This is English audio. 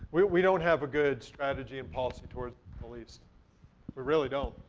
we we don't have a good strategy and policy towards the middle east. we really don't.